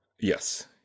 Yes